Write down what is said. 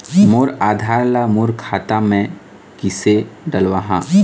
मोर आधार ला मोर खाता मे किसे डलवाहा?